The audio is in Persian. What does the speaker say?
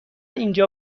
اینجا